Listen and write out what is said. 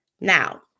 Now